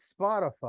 spotify